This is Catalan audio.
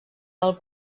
del